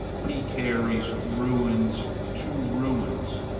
he carries ruins to ruins.